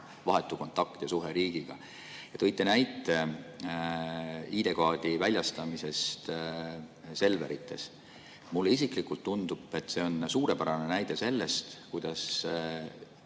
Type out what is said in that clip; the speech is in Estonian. vahetu kontakt ja suhe riigiga. Tõite näite ID-kaardi väljastamisest Selverites. Mulle isiklikult tundub, et see on suurepärane näide sellest, kuidas